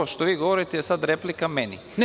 Ovo što vi govorite je sada replika meni.